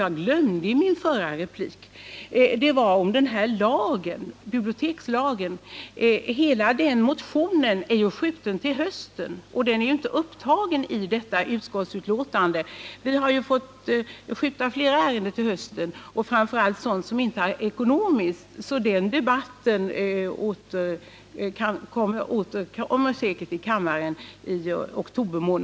Jag glömde i min förra replik att säga att behandlingen av motionen om bibliotekslagen är uppskjuten till hösten och att den motionen alltså inte redovisas i förevarande utskottsbetänkande. Vi har fått skjuta flera ärenden till hösten. Det blir säkerligen en debatt på denna punkt i höst här i kammaren.